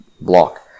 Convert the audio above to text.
block